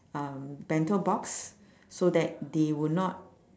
um bento box so that they would not